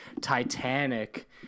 Titanic